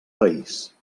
país